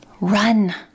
run